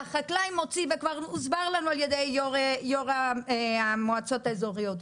כמו שהוסבר לנו על ידי יו"ר המועצות האזוריות,